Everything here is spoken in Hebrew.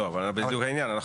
אבל זה בדיוק העניין,